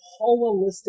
holistic